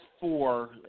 four